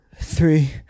three